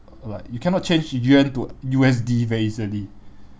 like you cannot change yuan to U_S_D very easily